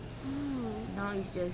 mm